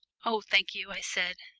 oh, thank you, i said,